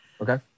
Okay